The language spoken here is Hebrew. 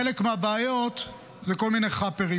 חלק מהבעיות זה כל מיני חאפרים.